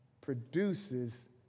produces